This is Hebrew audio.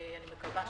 אני מקווה,